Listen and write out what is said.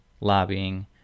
lobbying